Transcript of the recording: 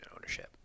ownership